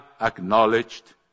acknowledged